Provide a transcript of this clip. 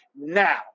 now